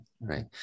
Right